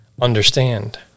understand